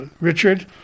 Richard